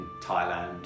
thailand